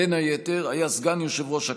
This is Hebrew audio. בין היתר היה סגן יושב-ראש הכנסת,